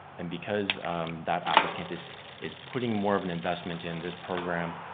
and because that applicant is is putting more of an investment in this program,